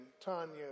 Tanya